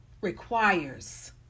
requires